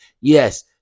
Yes